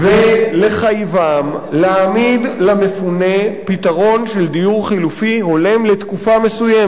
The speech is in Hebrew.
ולחייבם להעמיד למפונה פתרון של דיור חלופי הולם לתקופה מסוימת.